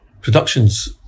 productions